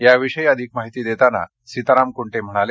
या विषयी अधिक माहिती देताना सीताराम कुंटे म्हणाले